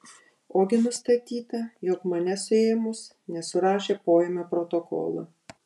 ogi nustatyta jog mane suėmus nesurašė poėmio protokolo